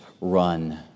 run